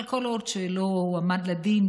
אבל כל עוד לא הועמד לדין,